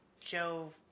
Joe